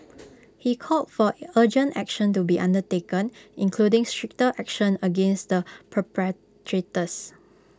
he called for urgent action to be undertaken including stricter action against the perpetrators